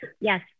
yes